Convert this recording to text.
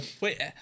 Wait